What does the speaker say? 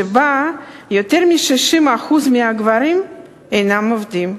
שבה יותר מ-60% מהגברים אינם עובדים?